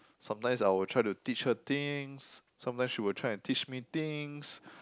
sometimes I would try to teach her things sometimes she would try and teach me things